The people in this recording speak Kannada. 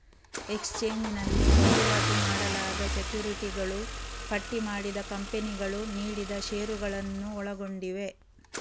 ಎಕ್ಸ್ಚೇಂಜ್ ನಲ್ಲಿ ವಹಿವಾಟು ಮಾಡಲಾದ ಸೆಕ್ಯುರಿಟಿಗಳು ಪಟ್ಟಿ ಮಾಡಿದ ಕಂಪನಿಗಳು ನೀಡಿದ ಷೇರುಗಳನ್ನು ಒಳಗೊಂಡಿವೆ